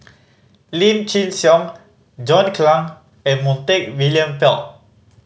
Lim Chin Siong John Clang and Montague William